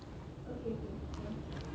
have you can we were floral